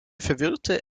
verwirrte